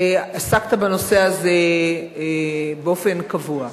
ועסקת בנושא הזה באופן קבוע,